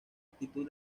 actitud